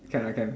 can lah can